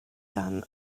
dan